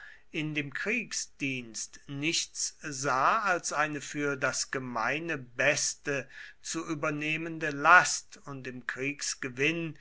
in dem kriegsdienst nichts sah als eine für das gemeine beste zu übernehmende last und im kriegsgewinn